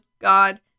God